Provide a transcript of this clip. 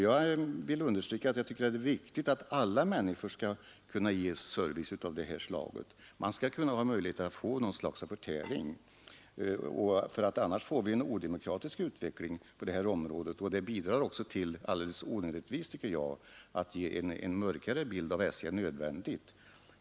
Jag vill understryka att jag tycker det är viktigt att alla människor kan ges service av detta slag — man skall ha möjlighet att få något slags förtäring — för annars blir det en odemokratisk utveckling på det här området. Det bidrar också till — alldeles onödigtvis enligt min mening — att ge en mörkare bild av SJ än nödvändigt.